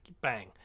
bang